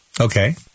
Okay